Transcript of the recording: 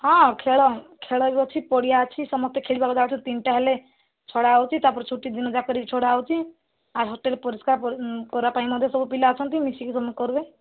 ହଁ ଖେଳ ଖେଳ ବି ଅଛି ପଡ଼ିଆ ଅଛି ସମସ୍ତେ ଖେଳିବାକୁ ଯାଉଛୁ ତିନିଟା ହେଲେ ଛଡ଼ା ହେଉଛି ତା'ପରେ ଛୁଟି ଦିନଯାକରେ ବି ଛଡ଼ା ହେଉଛି ଆଉ ହଷ୍ଟେଲ୍ ପରିସ୍କାର କରିବା ପାଇଁ ମଧ୍ୟ ସବୁ ପିଲା ଅଛନ୍ତି ମିଶିକି କରିବେ